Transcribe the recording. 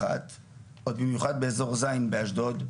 עוד במיוחד באזור ז' באשדוד,